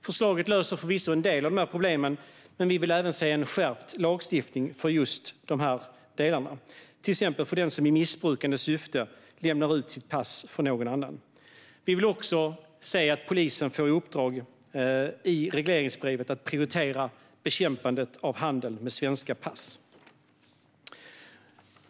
Förslaget löser förvisso en del av de här problemen, men vi vill även se en skärpt lagstiftning för just de här delarna, till exempel för den som i missbrukande syfte lämnar ut sitt pass till någon annan. Vi vill också se att polisen i regleringsbrevet får i uppdrag att prioritera bekämpandet av handel med svenska pass.